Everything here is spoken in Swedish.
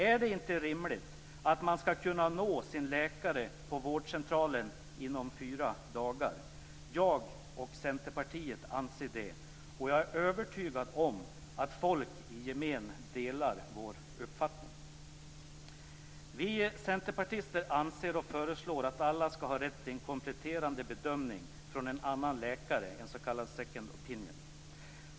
Är det inte rimligt att man skall kunna nå sin läkare på vårdcentralen inom fyra dagar? Jag och Centerpartiet anser det. Jag är övertygad om att folk i gemen delar vår uppfattning. Vi centerpartister anser och föreslår att alla skall ha rätt till en kompletterande bedömning från en annan läkare, en second opinion.